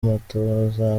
amatohoza